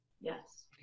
Yes